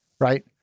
right